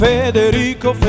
Federico